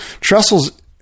Trestles